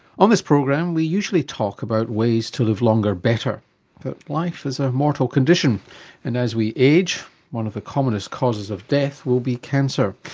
on this program we usually talk about ways to live longer, better but life is a mortal condition and as we age, one of the commonest causes of death will be cancer.